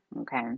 Okay